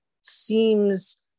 seems